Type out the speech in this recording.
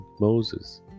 Moses